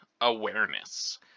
awareness